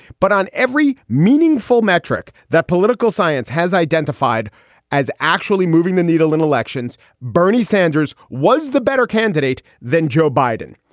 but on every meaningful metric that political science has identified as actually moving the needle in elections, bernie sanders was the better candidate than joe biden.